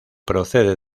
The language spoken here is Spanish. procede